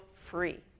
free